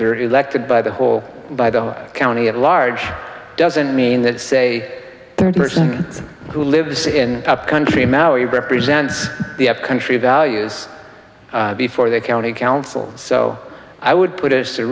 they're elected by the whole by the county at large doesn't mean that say third person who lives in up country maui represents the country values before their county council so i would put it to